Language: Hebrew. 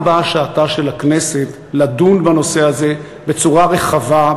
וגם באה שעתה של הכנסת לדון בנושא הזה בצורה רחבה,